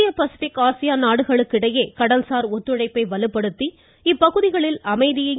இந்திய Pacific ASEAN நாடுகளுக்கு இடையே கடல்சார் ஒத்துழைப்பை வலுப்படுத்தி இப்பகுதிகளில் அமைதியையும்